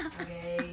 okay